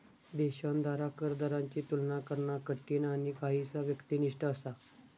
देशांद्वारा कर दरांची तुलना करणा कठीण आणि काहीसा व्यक्तिनिष्ठ असा